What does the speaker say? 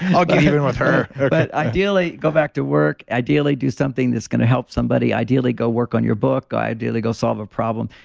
i'll get even with her. but ideally, go back to work. ideally, do something that's going to help somebody. ideally go work on your book. ideally go solve a problem.